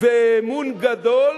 למה אתם הורסים, ואמון גדול,